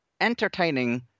entertaining